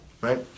right